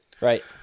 Right